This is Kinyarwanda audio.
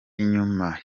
inyuma